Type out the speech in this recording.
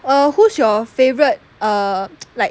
err who's your favourite err like